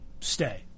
stay